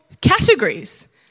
categories